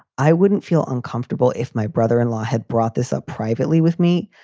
i wouldn't feel uncomfortable if my brother in law had brought this up. privately with me,